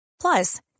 Plus